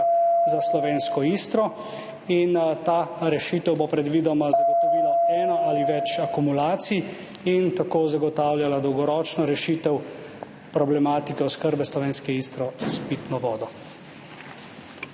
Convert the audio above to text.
za slovensko Istro in ta rešitev bo predvidoma zagotovila eno ali več akumulacij in tako zagotavljala dolgoročno rešitev problematike oskrbe slovenske Istre s pitno vodo.